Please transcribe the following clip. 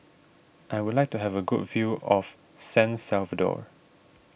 I would like to have a good view of San Salvador